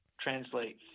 translate